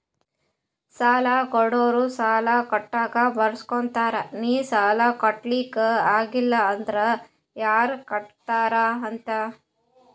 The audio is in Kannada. ಸಾಲಾ ಕೊಡೋರು ಸಾಲಾ ಕೊಡಾಗ್ ಬರ್ಸ್ಗೊತ್ತಾರ್ ನಿ ಸಾಲಾ ಕಟ್ಲಾಕ್ ಆಗಿಲ್ಲ ಅಂದುರ್ ಯಾರ್ ಕಟ್ಟತ್ತಾರ್ ಅಂತ್